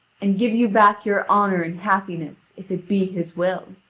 and give you back your honour and happiness, if it be his will.